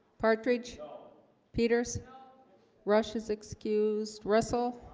partridge peters rush is excused russell,